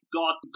got